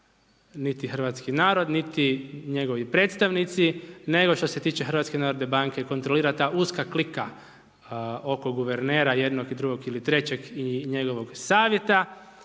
niti hrvatski narod, niti njegovi predstavnici, nego što se tiče HNB kontrolira ta uska klika, oko guvernera jednog i drugog i trećeg i njegovog savjeta,